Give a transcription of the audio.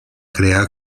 crear